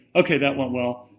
okay that went well.